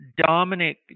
Dominic